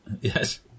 yes